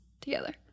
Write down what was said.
together